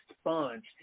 sponge